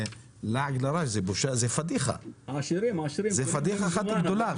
זה לעג לרש, זה פדיחה אחת גדולה.